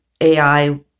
AI